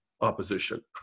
opposition